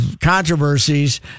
controversies